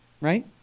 right